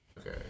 Okay